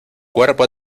cuerpo